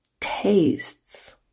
tastes